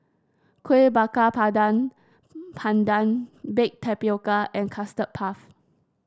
Kueh Bakar Pardon pandan Baked Tapioca and Custard Puff